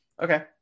Okay